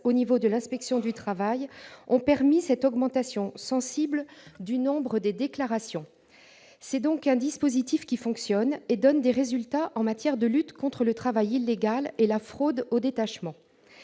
au niveau de l'inspection du travail, a permis l'augmentation sensible du nombre des déclarations. C'est donc un dispositif qui fonctionne bien et donne des résultats en matière de lutte contre le travail illégal et la fraude au détachement.